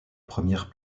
première